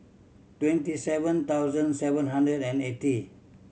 twenty seven thousand seven hundred and eighty